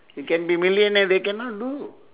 you can be millionaire they cannot do